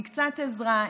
עם קצת עזרה,